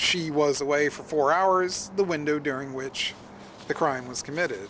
he was away for four hours the window during which the crime was committed